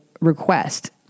request